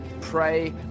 pray